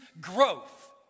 growth